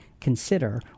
consider